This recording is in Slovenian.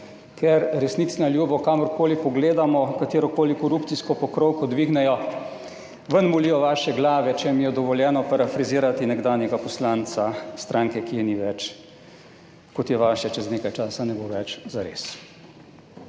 ker resnici na ljubo, kamorkoli pogledamo katerokoli korupcijsko pokrovko dvignejo ven molijo vaše glave, če jim je dovoljeno parafrazirati nekdanjega poslanca stranke, ki je ni več, kot je vaše, čez nekaj časa ne bo več za res.